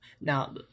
now